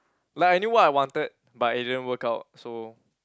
like I knew what I wanted but it didn't work out so